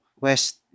West